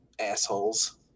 assholes